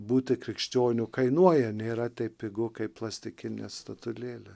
būti krikščioniu kainuoja nėra taip pigu kaip plastikinė statulėlė